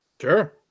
Sure